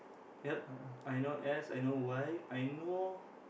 yup I know S I know Y I know